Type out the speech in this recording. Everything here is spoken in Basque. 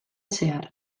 zehar